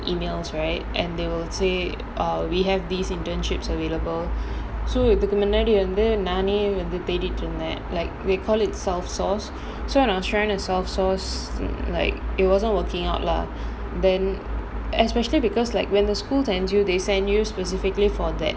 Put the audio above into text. emails right and they will say err we have these internships available so இதுக்கு முன்னாடி வந்து நானே வந்து தேடிட்டு இருந்தேன்:ithuku munaadi vanthu naanae vanthu thaeditu irunthaen like we call it self-sourced so when I was trying to self-source like it wasn't working out lah then especially because like when the schools sends you they send you specifically for that